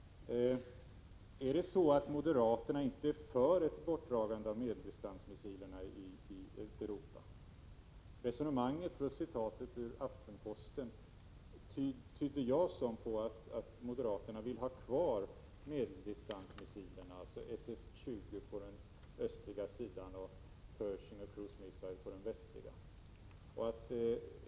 Är det så att moderaterna inte är för ett bortdragande av medeldistansmissilerna i Europa? Resonemanget plus citatet ur Aftenposten tyder jag så, att moderaterna vill ha kvar medeldistansmissilerna, alltså SS 20 på den östliga sidan och Pershing och cruise missile på den västliga.